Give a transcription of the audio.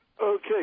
Okay